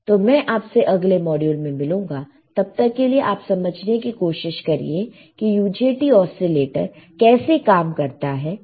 तो मैं आप से अगले मॉड्यूल में मिलूंगा तब तक के लिए आप समझने की कोशिश करिए की UJT ओसीलेटर कैसे काम करता है